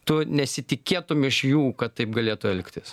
tu nesitikėtum iš jų kad taip galėtų elgtis